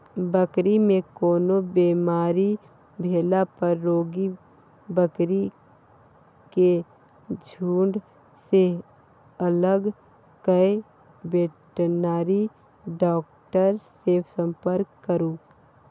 बकरी मे कोनो बेमारी भेला पर रोगी बकरी केँ झुँड सँ अलग कए बेटनरी डाक्टर सँ संपर्क करु